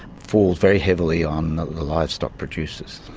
fall very heavily on the livestock producers.